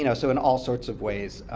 you know so in all sorts of ways,